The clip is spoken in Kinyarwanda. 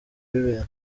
bibera